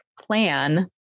plan